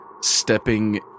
stepping